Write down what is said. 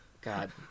God